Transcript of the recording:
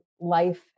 life